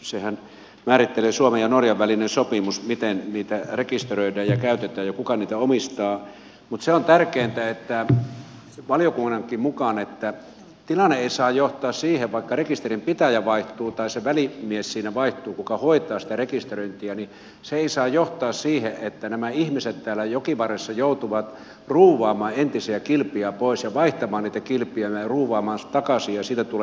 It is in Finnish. senhän määrittelee suomen ja norjan välinen sopimus miten niitä rekisteröidään ja käytetään ja kuka niitä omistaa niin valiokunnankin mukaan että tilanne ei saa johtaa siihen vaikka rekisterinpitäjä vaihtuu tai se välimies siinä vaihtuu joka hoitaa sitä rekisteröintiä tilanne ei saa johtaa siihen että nämä ihmiset siellä jokivarressa joutuvat ruuvaamaan entisiä kilpiä pois ja vaihtamaan niitä kilpiä ja ruuvaamaan sitten takaisin ja että siitä tulee maksuja